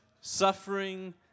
suffering